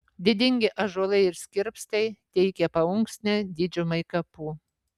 didingi ąžuolai ir skirpstai teikė paunksnę didžiumai kapų